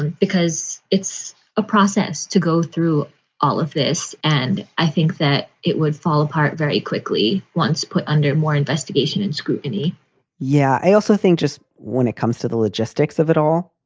because it's a process to go through all of this. and i think that it would fall apart very quickly once put under more investigation and scrutiny yeah. i also think just when it comes to the logistics of it all.